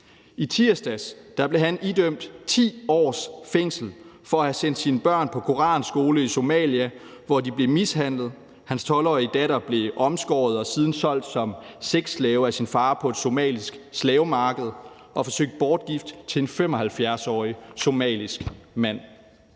I tirsdags blev han idømt 10 års fængsel for at have sendt sine børn på koranskole i Somalia, hvor de blev mishandlet, hans 12-årige datter blev omskåret og siden solgt som sexslave af sin far på et somalisk slavemarked og forsøgt bortgiftet til en 75-årig somalisk mand,